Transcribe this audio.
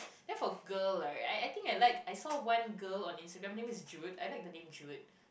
then for girl right I I think I like I saw one girl on Instagram her name is Joud I like the name Joud